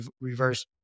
reverse